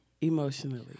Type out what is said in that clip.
emotionally